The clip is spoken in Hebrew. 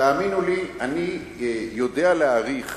תאמינו לי, אני יודע להעריך